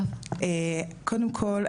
קודם כל,